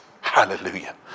Hallelujah